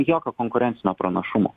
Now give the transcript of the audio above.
jokio konkurencinio pranašumo